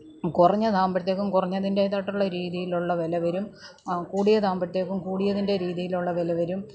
കുറഞ്ഞതാകുമ്പോഴേക്കും കുറഞ്ഞതിൻ്റെ രീതിയിലായിട്ടുള്ള വില വരും കൂടിയത് ആവുമ്പോഴേക്കും കൂടിയതിൻ്റെ രീതിയിലുള്ള വില വരും